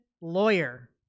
lawyer